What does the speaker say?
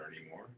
anymore